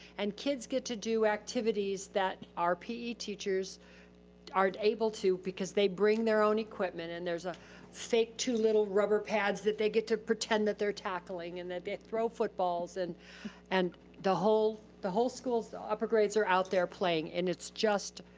and kids get to do activities that our pe teachers aren't able to because they bring their own equipment, and there's a fake two little rubber pads that they get to pretend that they're tackling. and they throw footballs. and and the whole the whole school, the upper grades are out there playing and it's just,